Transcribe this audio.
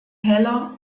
heller